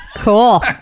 Cool